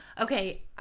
okay